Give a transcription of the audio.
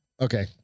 Okay